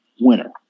winner